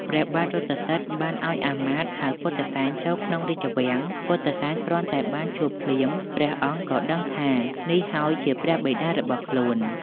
ព្រះបាទរថសិទ្ធិបានឲ្យអាមាត្យហៅពុទ្ធិសែនចូលក្នុងរាជវាំង ពុទ្ធិសែនគ្រាន់តែបានជួបភ្លាមព្រះអង្គក៏ដឹងថានេះហើយជាព្រះបិតារបស់ខ្លួន។